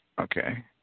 Okay